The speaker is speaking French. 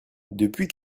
depuis